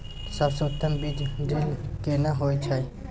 सबसे उत्तम बीज ड्रिल केना होए छै?